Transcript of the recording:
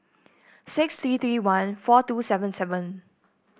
six three three one four two seven seven